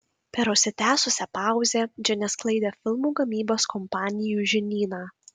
per užsitęsusią pauzę džinė sklaidė filmų gamybos kompanijų žinyną